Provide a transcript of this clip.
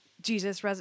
Jesus